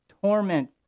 torment